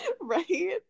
Right